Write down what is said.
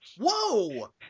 Whoa